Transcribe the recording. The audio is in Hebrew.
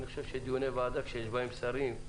אני חושב שדיוני ועדה שיש בהם שרים,